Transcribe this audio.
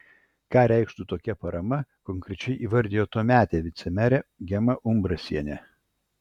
ką reikštų tokia parama konkrečiai įvardijo tuometė vicemerė gema umbrasienė